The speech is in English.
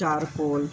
charcoal